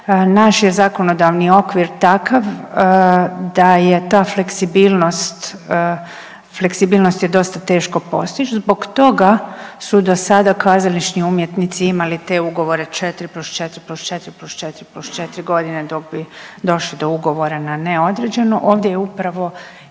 Naš je zakonodavni okvir takav da je ta fleksibilnost, fleksibilnost je dosta teško postić, zbog toga su dosada kazališni umjetnici imali te ugovore 4+4+4+4+4 godine dok bi došli do ugovora na neodređeno. Ovdje je upravo